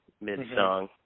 mid-song